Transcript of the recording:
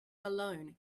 alone